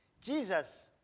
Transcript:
Jesus